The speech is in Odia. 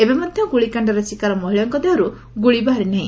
ଏବେ ମଧ୍ଧ ଗୁଳିକାଣ୍ଡରେ ଶିକାର ମହିଳାଙ୍କ ଦେହରୁ ଗୁଳି ବାହାରି ନାହି